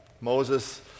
Moses